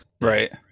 right